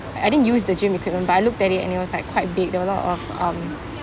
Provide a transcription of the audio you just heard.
I didn't use the gym equipment I looked at it and it was like quite big there were a lot of um